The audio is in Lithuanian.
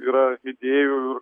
yra idėjų ir